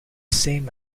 same